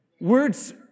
Words